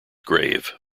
grave